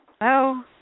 Hello